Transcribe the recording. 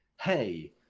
hey